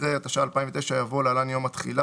אחרי "התש"ע-2009" יבוא "(להלן- יום התחילה